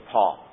Paul